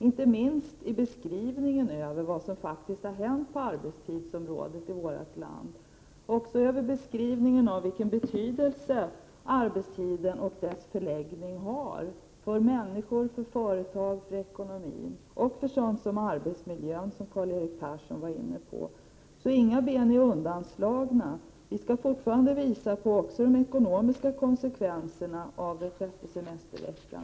Inte minst gäller detta beskrivningen över vad som faktiskt har hänt på arbetstidsområdet i vårt land, liksom beskrivningen av vilken betydelse arbetstiden och dess förläggning har för människor, företag, ekonomin och för arbetsmiljön, som Karl-Erik Persson var inne på. Inga ben är undanslagna. Vi skall fortfarande visa på de ekonomiska konsekvenserna av en sjätte semestervecka.